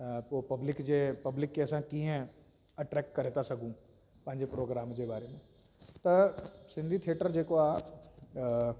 पोइ पब्लिक जे पब्लिक खे असां कीअं अट्रेक्ट करे था सघूं पंहिंजे प्रोग्राम जे बारे में त सिंधी थिएटर जेको आहे